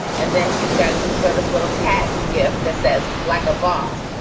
and then she's got some sort of little cat gift that says like a boss.